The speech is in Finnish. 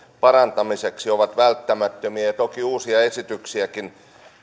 parantamiseksi ovat välttämättömiä ja toki uusia esityksiäkin